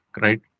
right